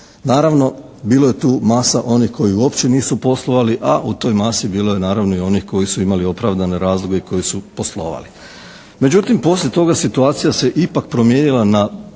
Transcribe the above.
Naravno, bilo je tu masa onih koji uopće nisu poslovali, a u toj masi bilo je naravno i onih koji su imali opravdane razloge i koji su poslovali. Međutim, poslije toga situacija se ipak promijenila na